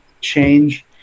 change